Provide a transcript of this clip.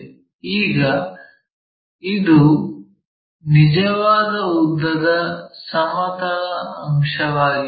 ಈಗ ಇದು ನಿಜವಾದ ಉದ್ದದ ಸಮತಲ ಅಂಶವಾಗಿದೆ